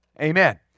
Amen